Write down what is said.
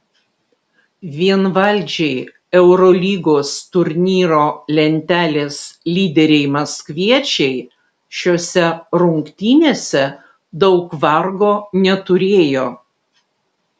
vienvaldžiai eurolygos turnyro lentelės lyderiai maskviečiai šiose rungtynėse daug vargo neturėjo